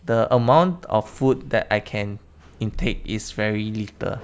the amount of food that I can intake is very little